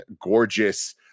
gorgeous